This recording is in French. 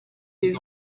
des